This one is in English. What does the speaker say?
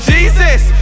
Jesus